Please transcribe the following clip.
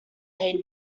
they